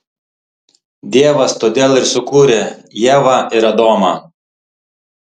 dievas todėl ir sukūrė ievą ir adomą